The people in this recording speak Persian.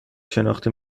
شناخته